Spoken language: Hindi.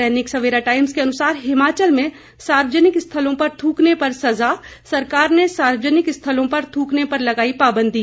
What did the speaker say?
दैनिक सवेरा टाइम्स के अनुसार हिमाचल में सार्वजनिक स्थलों पर थूकने पर सजा सरकार ने सार्वजनिक स्थलों पर थ्रकने पर लगाई पाबंदी